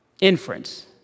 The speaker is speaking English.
inference